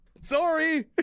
Sorry